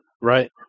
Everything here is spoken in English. Right